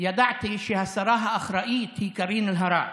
ידעתי שהשרה האחראית היא שרת האנרגיה קארין אלהרר,